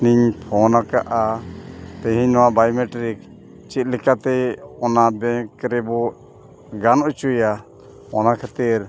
ᱞᱤᱧ ᱯᱷᱳᱱ ᱟᱠᱟᱜᱼᱟ ᱛᱮᱦᱮᱧ ᱱᱚᱣᱟ ᱵᱟᱭᱳᱢᱮᱴᱨᱤᱠ ᱪᱮᱫ ᱞᱮᱠᱟᱛᱮ ᱚᱱᱟ ᱵᱮᱝᱠ ᱨᱮᱵᱚᱱ ᱜᱟᱱ ᱦᱚᱪᱚᱭᱟ ᱚᱱᱟ ᱠᱷᱟᱹᱛᱤᱨ